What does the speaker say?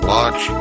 Watch